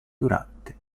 durante